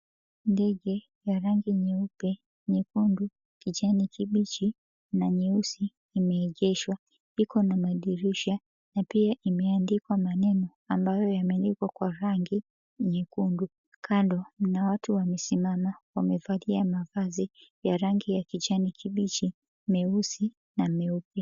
Ndege ya rangi nyeupe, nyekundu, kijani kibichi na nyeusi imeegeshwa. Iko na madirisha na pia imeandikwa maneno ambayo yameandikwa kwa rangi nyekundu. Kando mna watu wamesimama wamevalia mavazi ya rangi ya kijani kibichi, meusi na meupe.